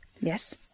Yes